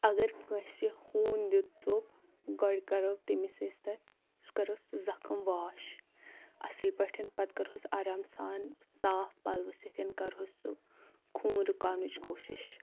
اگر کٲنٛسہِ ہوٗن دیُت ژوٚپ گۄڈٕ کَرو تٔمِس أسۍ تتھ سُہ کرو سُہ زخم واش اَصٕل پٲٹھۍ پتہٕ کرہوس آرام سان صاف پلوٕ سۭتۍ کرہوس سُہ خوٗن رُکاونٕچ کوٗشش